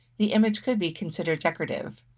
the image could be considered decorative.